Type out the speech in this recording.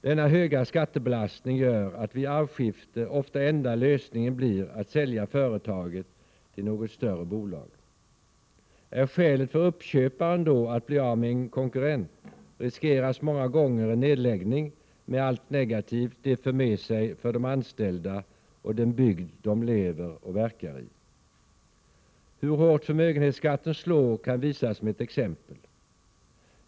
Denna höga skattebelastning gör att den enda lösningen vid arvsskifte ofta blir att sälja företaget till något större bolag. Är skälet för uppköparen då att bli av med en konkurrent riskeras många gånger en nedläggning med allt negativt det för med sig för de anställda och den bygd de lever och verkar i. Hur hårt förmögenhetsskatten slår kan visas med ett exempel.